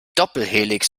doppelhelix